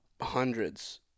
hundreds